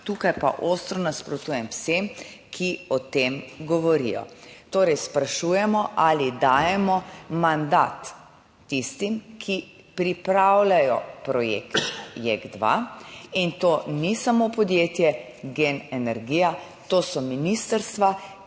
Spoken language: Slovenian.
tukaj pa ostro nasprotujem vsem, ki o tem govorijo. Torej, sprašujemo ali dajemo mandat tistim, ki pripravljajo projekt JEK2. In to ni samo podjetje GEN energija, to so ministrstva,